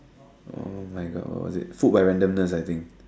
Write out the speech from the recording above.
[oh]-my-God what is it fooled-by-randomness I think